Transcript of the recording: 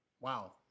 wow